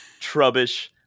Trubbish